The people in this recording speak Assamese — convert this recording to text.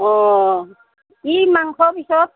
অঁ কি মাংস পিছত